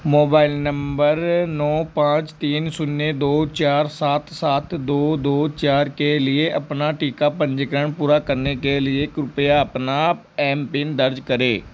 mobile number नौ पाँच तीन शून्य दो चार सात सात दो दो चार के लिए अपना टीका पंजीकरण पूरा करने के लिए कृपया अपना एम पिन दर्ज करें